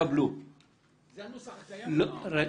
זה הנוסח הקיים, אדוני?